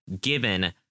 given